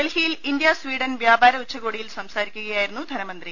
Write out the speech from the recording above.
ഡൽഹിയിൽ India Sweden വ്യാപാര ഉച്ച്കോടിയിൽ സംസാരിക്കുകയായിരുന്നു ധനമന്ത്രി